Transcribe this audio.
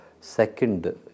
second